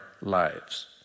lives